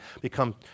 become